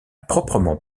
proprement